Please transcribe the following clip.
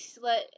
let